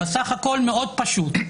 בסך הכול מאוד פשוט,